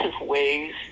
ways